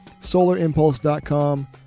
solarimpulse.com